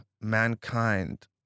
mankind